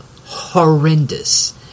horrendous